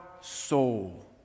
soul